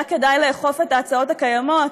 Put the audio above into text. היה כדאי לאכוף את ההצעות הקיימות,